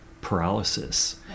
paralysis